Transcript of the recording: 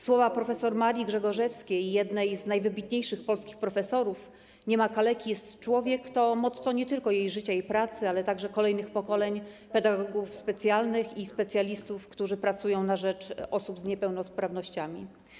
Słowa prof. Marii Grzegorzewskiej, jednej z najwybitniejszych polskich profesorów: nie ma kaleki, jest człowiek, to motto nie tylko jej życia i pracy, ale także kolejnych pokoleń pedagogów specjalnych i specjalistów, którzy pracują na rzecz osób z niepełnosprawnościami.